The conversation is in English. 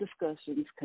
discussions